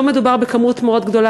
לא מדובר במספר מאוד גדול.